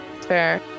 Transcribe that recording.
Fair